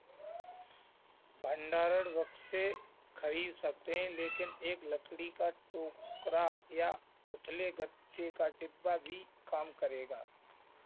भंडारण बक्से खरीद सकते हैं लेकिन एक लकड़ी का टोकरा या उथले गत्ते का डिब्बा भी काम करेगा